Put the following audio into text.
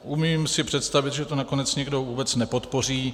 Umím si představit, že to nakonec někdo vůbec nepodpoří.